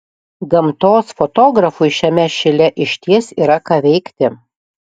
gamtos fotografui šiame šile išties yra ką veikti